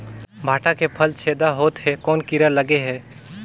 भांटा के फल छेदा होत हे कौन कीरा लगे हे?